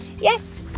yes